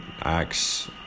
acts